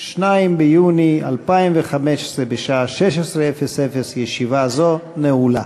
2 ביוני 2015, בשעה 16:00. ישיבה זו נעולה.